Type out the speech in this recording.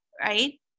right